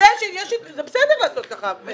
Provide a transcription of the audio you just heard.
זה בסדר לעשות כך.